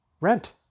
rent